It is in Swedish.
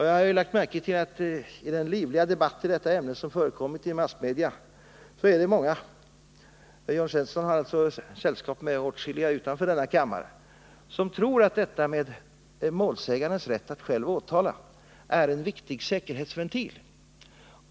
Jag har lagt märke till att det i den livliga debatt i detta ämne som förekommer i massmedia finns många — Jörn Svensson har alltså sällskap med åtskilliga utanför denna kammare — som tror att detta med målsägarens rätt att själv åtala är en viktig säkerhetsventil.